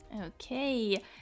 Okay